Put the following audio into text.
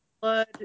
Blood